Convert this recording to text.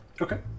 Okay